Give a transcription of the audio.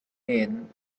end